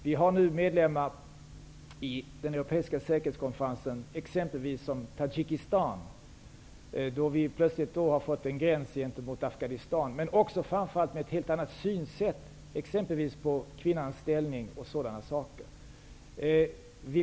Vi har nu medlemmar i Europeiska säkerhetskonferensen som exemplvis Tadjikistan, och gränsen går plötsligt vid Afghanistan. De har framför allt ett annat synsätt, exempelvis när det gäller kvinnans ställning och sådana saker.